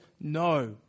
No